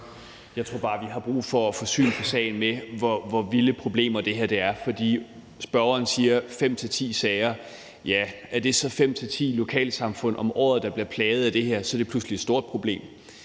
Jeg tror bare, vi har brug for at få syn for sagen med, hvor vilde de her problemer er. Spørgeren siger, at det er fem til ti sager. Ja, er det så fem til ti lokalsamfund om året, der bliver plaget af det her, så er det pludselig et stort problem.